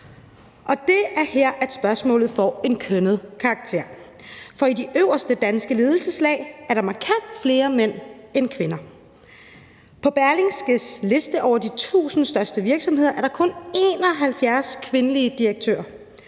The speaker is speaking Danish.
Og det er her, at spørgsmålet får en kønnet karakter, for i de øverste danske ledelseslag er der markant flere mænd end kvinder. På Berlingskes liste over de 1.000 største virksomheder er der kun 71 kvindelige direktører.